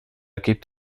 gibt